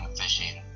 fishing